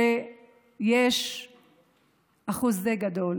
שיש אחוז די גדול